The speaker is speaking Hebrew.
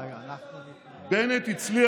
די, אנחנו, 6,200 מתים, בנט הצליח,